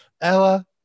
Ella